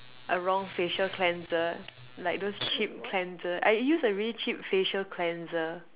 a wrong facial cleanser like those cheap cleanser I use a really cheap facial cleanser